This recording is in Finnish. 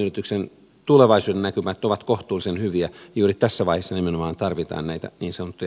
yrityksen tulevaisuudennäkymät ovat kohtuullisen hyviä ja juuri tässä vaiheessa nimenomaan tarvitaan näitä niin sanottuja bisnesenkeleitä